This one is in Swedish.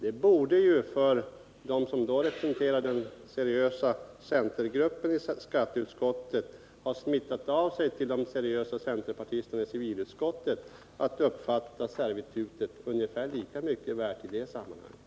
Det borde ju från dem som representerar den seriösa centergruppen i skatteutskottet ha smittat av sig på de seriösa centerpartisterna i civilutskottet att uppfatta servitutet som ungefär lika mycket värt i det sammanhanget.